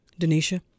Denisha